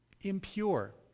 impure